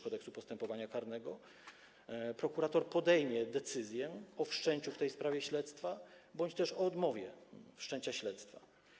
Kodeksu postępowania karnego prokurator podejmie decyzję o wszczęciu w tej sprawie śledztwa bądź też o odmowie wszczęcia śledztwa.